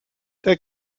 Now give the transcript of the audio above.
der